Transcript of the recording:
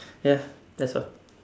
ya that's all